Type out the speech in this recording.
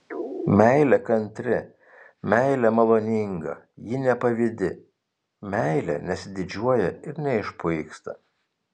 meilė kantri meilė maloninga ji nepavydi meilė nesididžiuoja ir neišpuiksta